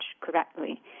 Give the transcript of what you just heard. correctly